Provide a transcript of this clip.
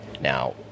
Now